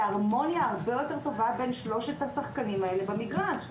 להרמוניה הרבה יותר טובה בין שלושת השחקנים האלה במגרש.